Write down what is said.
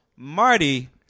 Marty